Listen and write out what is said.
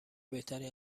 بهترین